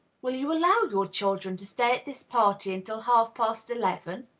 will you allow your children to stay at this party until half-past eleven?